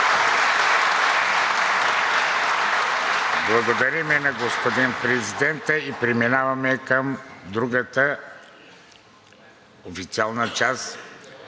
Благодарим на господин Президента. Преминаваме към другата официална част,